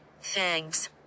thanks